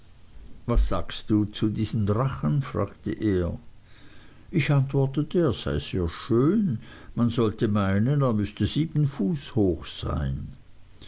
was sagst du zu diesem drachen fragte er ich antwortete er sei sehr schön man sollte meinen er müßte sieben fuß hoch sein